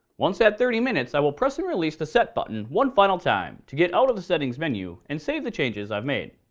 once at thirty minutes, i will press and release the set button one final time to get out of the settings menu and save the changes i've made.